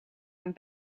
aan